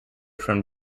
from